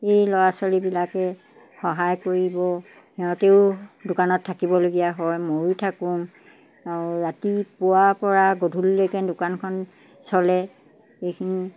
এই ল'ৰা ছোৱালীবিলাকে সহায় কৰিব সিহঁতেও দোকানত থাকিবলগীয়া হয় ময়ো থাকোঁ আৰু ৰাতিপুৱাৰপৰা গধূলিলৈকে দোকানখন চলে এইখিনি